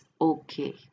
okay